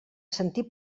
sentir